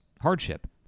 hardship